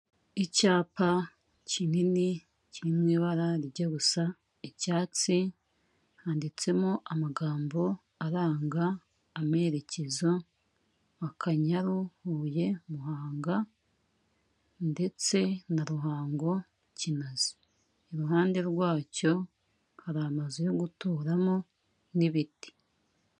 Icyapa kinini kirimo ibara rijya gusa icyatsi handitsemo amagambo aranga amerekezo; Akanyaru-Huye umuhanga ndetse na Ruhango-Kinazi, iruhande rwacyo hari amazu yo guturamo n'ibiti.